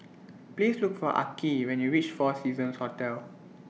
Please Look For Arkie when YOU REACH four Seasons Hotel